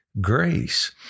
grace